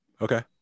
Okay